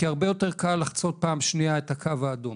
כי הרבה יותר קל לחצות פעם שנייה את הקו האדום.